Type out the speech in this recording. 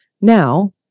Now